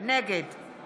נגד